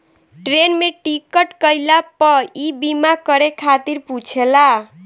train में ticket कईला पअ इ बीमा करे खातिर पुछेला